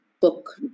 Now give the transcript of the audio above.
book